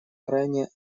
крайне